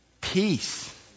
Peace